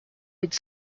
with